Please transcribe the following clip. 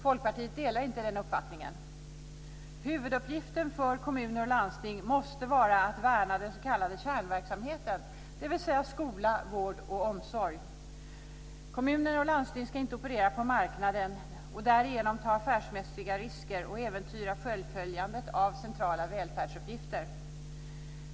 Folkpartiet delar inte den uppfattningen. Huvuduppgiften för kommuner och landsting måste vara att värna den s.k. kärnverksamheten, dvs. skola, vård och omsorg. Kommuner och landsting ska inte operera på marknaden och därigenom ta affärsmässiga risker och äventyra fullföljandet av centrala välfärdsuppgifter.